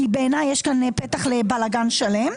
כי בעיניי יש כאן פתח לבלגן שלם.